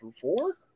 four